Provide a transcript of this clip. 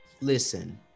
listen